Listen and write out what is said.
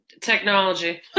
technology